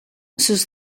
sus